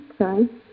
Okay